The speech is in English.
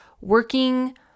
working